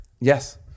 yes